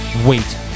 Wait